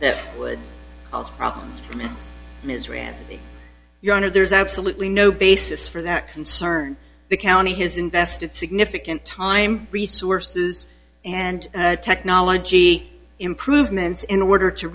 that would cause problems for his rants your honor there's absolutely no basis for their concern the county has invested significant time resources and technology improvements in order to